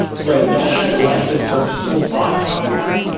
so like ah search tool's box out here,